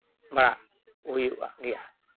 ᱵᱟᱲᱟ ᱦᱩᱭᱩᱜᱼᱟ ᱜᱮᱭᱟ